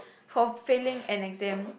for failing an exam